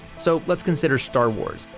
so, let's consider star wars.